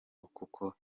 kuko